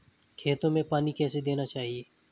खेतों में पानी कैसे देना चाहिए?